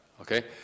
okay